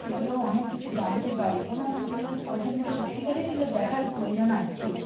সেগুলো অনেক কিছু জানতে পারি এবং এইগুলা প্রজন্মের সত্যিকারেরই এগুলো দেখার প্রয়োজন আছে